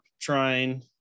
trying